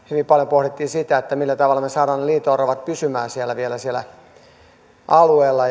hyvin paljon pohdittiin sitä millä tavalla me saamme ne liito oravat pysymään vielä siellä alueella